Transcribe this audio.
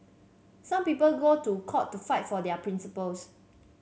some people go to court to fight for their principles